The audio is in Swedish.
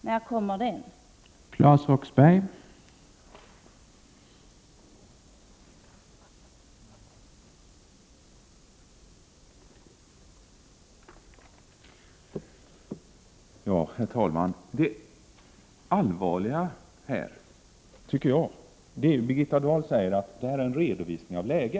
När läggs det fram ett förslag om en sådan?